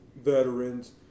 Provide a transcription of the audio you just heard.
veterans